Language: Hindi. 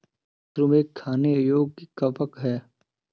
मशरूम एक खाने योग्य कवक है